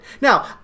Now